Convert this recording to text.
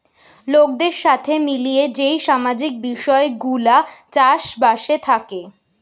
লোকদের সাথে মিলিয়ে যেই সামাজিক বিষয় গুলা চাষ বাসে থাকে